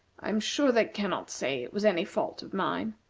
i am sure they cannot say it was any fault of mine.